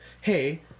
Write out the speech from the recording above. hey